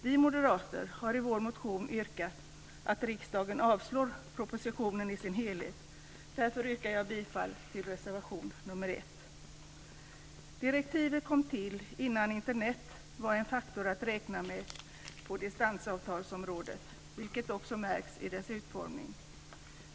Vi moderater har i vår motion yrkat att riksdagen ska avslå propositionen i dess helhet. Därför yrkar jag bifall till reservation nr 1. Direktivet kom till innan Internet var en faktor att räkna med på distansavtalsområdet, vilket också märks i dess utformning.